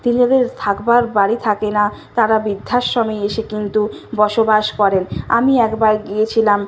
তিনাদের থাকবার বাড়ি থাকে না তারা বৃদ্ধাশ্রমে এসে কিন্তু বসবাস করেন আমি একবার গিয়েছিলাম